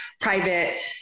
private